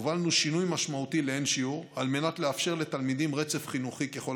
הובלנו שינוי משמעותי לאין-שיעור על מנת לאפשר לתלמידים רצף חינוכי ככל